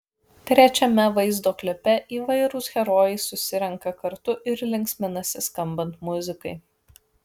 trečiame vaizdo klipe įvairūs herojai susirenka kartu ir linksminasi skambant muzikai